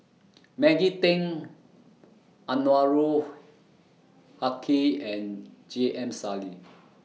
Maggie Teng Anwarul Haque and J M Sali